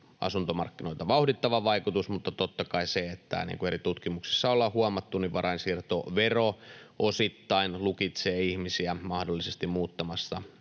asuntomarkkinoita vauhdittava vaikutus, mutta totta kai, niin kuin eri tutkimuksissa ollaan huomattu, varainsiirtovero osittain lukitsee ihmisiä mahdollisesti muuttamasta